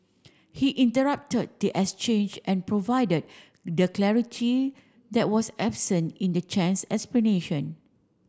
he interrupted the exchange and provided the clarity that was absent in the Chen's explanation